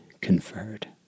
conferred